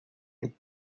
die